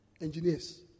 engineers